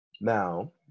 Now